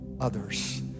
others